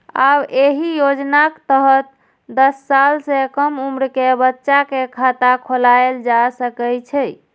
आब एहि योजनाक तहत दस साल सं कम उम्र के बच्चा के खाता खोलाएल जा सकै छै